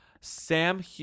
Sam